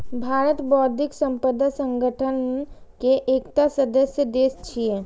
भारत बौद्धिक संपदा संगठन के एकटा सदस्य देश छियै